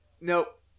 Nope